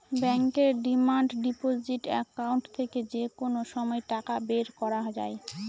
ব্যাঙ্কের demand deposit account থেকে যে কোনো সময় টাকা বের করা যায়